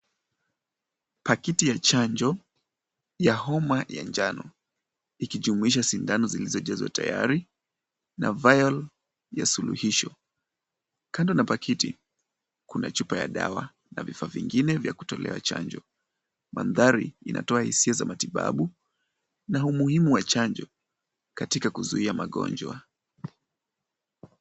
Pakiti ya chanjo ya homa ya njano ikijumuisha sindano zilizojazwa tayari na Vial ya suluhisho. Kando na pakiti kuna chupa ya dawa na vifaa vingine vya kutolewa chanjo. Mandhari inatoa hisia za matibabu na umuhimu wa chanjo katika kuzuia magonjwa.